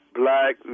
black